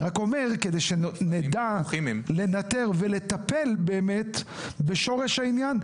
אני רק אומר כדי שנדע לנטר ולטפל באמת בשורש העניין,